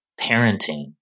parenting